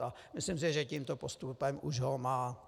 A myslím si, že tímto postupem už ho má.